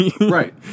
right